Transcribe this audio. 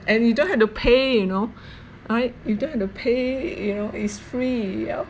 and you don't have to pay you know right you don't have to pay you know it's free ya